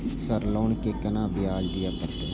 Sir loan के केना ब्याज दीये परतें?